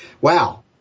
Wow